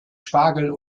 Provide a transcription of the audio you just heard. spargel